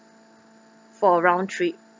for round trip